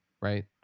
right